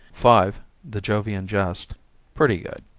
five the jovian jest pretty good.